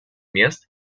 мест